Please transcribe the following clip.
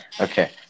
Okay